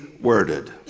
worded